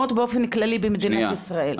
נכון, מעטים מאוד באופן כללי במדינת ישראל.